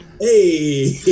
Hey